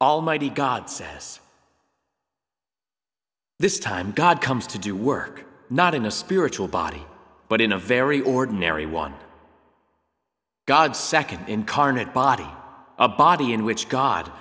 almighty god says this time god comes to do work not in a spiritual body but in a very ordinary one god nd incarnate body a body in which god